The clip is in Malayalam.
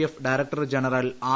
എഫ് ഡയറക്ടർ ജനറിൽ ആർ